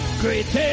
great